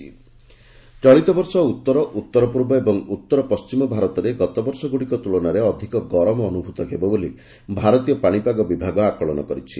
ପାଣିପାଗ ଚଳିତ ବର୍ଷ ଉତ୍ତର ଉତ୍ତର ପୂର୍ବ ଓ ଉତ୍ତର ପଶ୍କିମ ଭାରତରେ ଗତବର୍ଷ ଗୁଡ଼ିକ ତୁଳନାରେ ଅଧିକ ଗରମ ଅନୁଭୂତ ହେବ ବୋଲି ଭାରତୀୟ ପାଶିପାଗ ବିଭାଗ ଆକଳନ କରିଛି